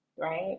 Right